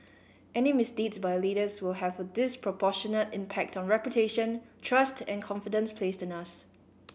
any misdeeds by leaders will have a disproportionate impact on reputation trust and confidence placed in us